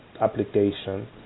application